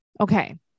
Okay